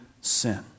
sin